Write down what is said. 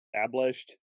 established